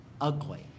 ugly